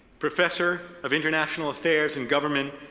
professor of international affairs and government,